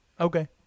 Okay